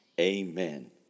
amen